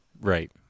right